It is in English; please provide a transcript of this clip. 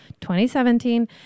2017